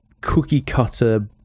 cookie-cutter